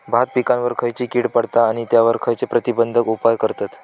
भात पिकांवर खैयची कीड पडता आणि त्यावर खैयचे प्रतिबंधक उपाय करतत?